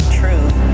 truth